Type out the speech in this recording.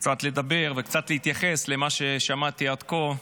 קצת לדבר וקצת להתייחס למה ששמעתי עד כה,